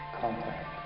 contact